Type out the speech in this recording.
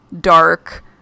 dark